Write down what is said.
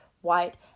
white